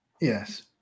Yes